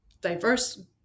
diverse